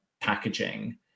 packaging